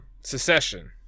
Secession